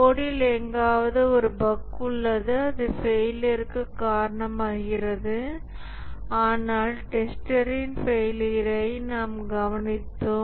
கோடில் எங்காவது ஒரு பஃக் உள்ளது அது ஃபெயிலியர்க்கு காரணமாகிறது ஆனால் டெஸ்டரின் ஃபெயிலியர்யை நாம் கவனித்தோம்